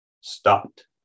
stopped